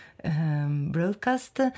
Broadcast